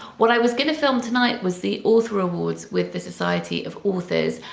what i was going to film tonight was the author awards with the society of authors.